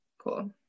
Cool